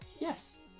Yes